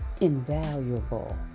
invaluable